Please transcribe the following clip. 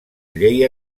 llei